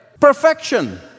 Perfection